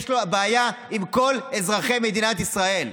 יש לו בעיה עם כל אזרחי מדינת ישראל.